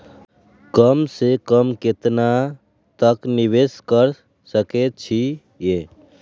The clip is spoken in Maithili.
कम से कम केतना तक निवेश कर सके छी ए?